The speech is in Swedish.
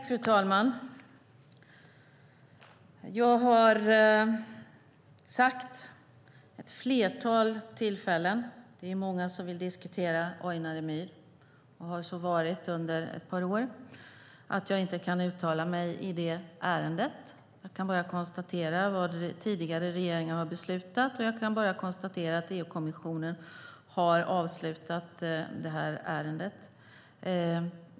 Fru talman! Jag har sagt vid ett flertal tillfällen - vi är många som vill diskutera Ojnare myr, och har gjort det under ett par år - att jag inte kan uttala mig i ärendet. Jag kan bara konstatera vad en tidigare regering har beslutat och att EU-kommissionen har avslutat detta ärende.